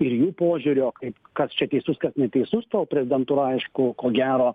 ir jų požiūrio kaip kas čia teisus kas neteisus tol prezidentūra aišku ko gero